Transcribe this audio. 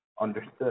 understood